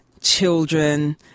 children